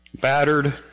Battered